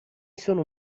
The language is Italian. sono